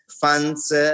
funds